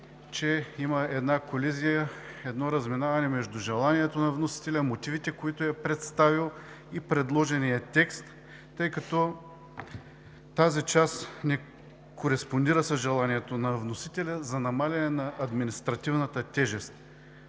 че има колизия, едно разминаване между желанието на вносителя, мотивите, които е представил, и предложения текст, тъй като тази част не кореспондира с желанието на вносителя за намаляване на административната тежест.